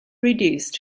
reduced